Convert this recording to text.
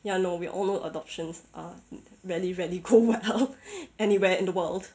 ya no we all know adoptions are many radical anywhere in the world